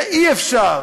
ואי-אפשר